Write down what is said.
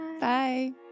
Bye